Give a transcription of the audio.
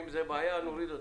אם זה בעיה, נוריד אותה.